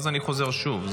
אז אני חוזר שוב.